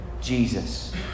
Jesus